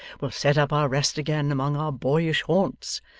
will set up our rest again among our boyish haunts,